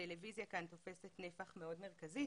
הטלוויזיה כאן תופסת נפח מאוד מרכזי,